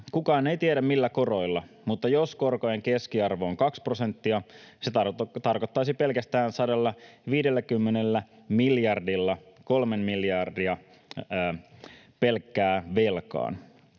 Kukaan ei tiedä, millä koroilla, mutta jos korkojen keskiarvo on kaksi prosenttia, se tarkoittaisi pelkästään 150 miljardilla 3:a miljardia pelkkään velkaan.